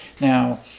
Now